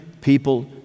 people